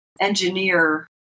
engineer